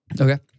Okay